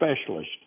Specialist